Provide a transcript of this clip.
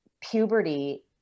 puberty